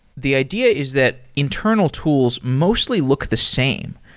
the idea is that internal tools mostly look the same.